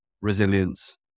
resilience